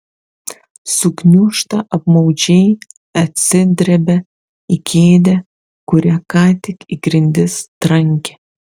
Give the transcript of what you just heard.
sugniūžta apmaudžiai atsidrebia į kėdę kurią ką tik į grindis trankė